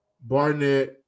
Barnett